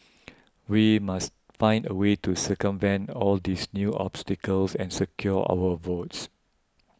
we must find a way to circumvent all these new obstacles and secure our votes